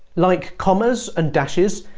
like commas and dashes,